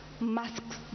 masks